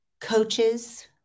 coaches